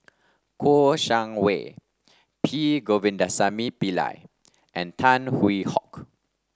Kouo Shang Wei P Govindasamy Pillai and Tan Hwee Hock